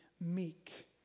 meek